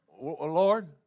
Lord